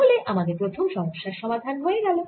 তাহলে আমাদের প্রথম সমস্যার সমাধান হয়ে গেল